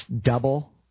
double